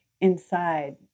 inside